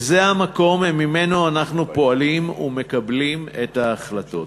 וזה המקום שממנו אנחנו פועלים ומקבלים את ההחלטות.